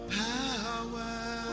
power